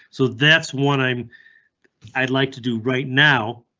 so that's one i'm i'd like to do right now.